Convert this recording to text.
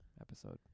episode